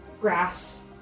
grass